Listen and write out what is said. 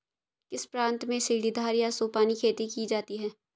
किस प्रांत में सीढ़ीदार या सोपानी खेती की जाती है?